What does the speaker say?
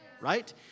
right